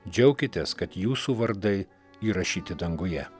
džiaukitės kad jūsų vardai įrašyti danguje